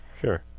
Sure